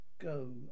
go